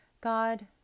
God